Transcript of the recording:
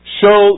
show